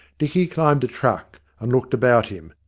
dicky climbed a truck, and looked about him,